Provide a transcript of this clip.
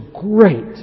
great